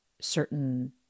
certain